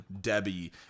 Debbie